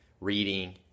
reading